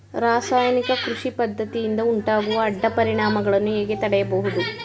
ರಾಸಾಯನಿಕ ಕೃಷಿ ಪದ್ದತಿಯಿಂದ ಉಂಟಾಗುವ ಅಡ್ಡ ಪರಿಣಾಮಗಳನ್ನು ಹೇಗೆ ತಡೆಯಬಹುದು?